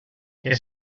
que